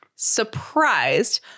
surprised